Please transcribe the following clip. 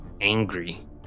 angry